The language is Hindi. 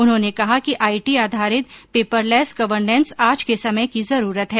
उन्होने कहा कि आई टी आधारित पेपरलेस गर्वनेन्स आज के समय की जरूरत है